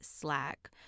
Slack